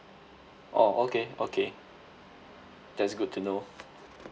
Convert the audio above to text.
oh okay okay that's good to know